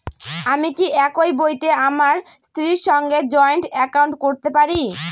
আমি কি একই বইতে আমার স্ত্রীর সঙ্গে জয়েন্ট একাউন্ট করতে পারি?